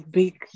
big